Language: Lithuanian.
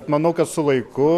manau kad su laiku